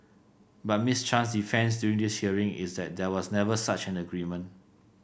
but Miss Chan's defence during this hearing is that there was never such an agreement